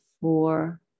four